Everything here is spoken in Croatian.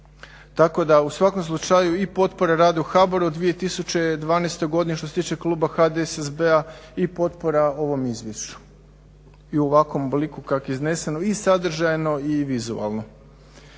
Tako da u svakom slučaju i potpora radu HBOR-a u 2012. godini što se tiče kluba HDSSB-a i potpora ovom izvješću i u ovakvom obliku kako je izneseno i sadržajno i vizualno.